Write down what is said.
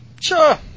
Sure